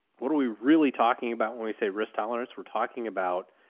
what are we really talking about? when we say risk tolerance? we're talking about.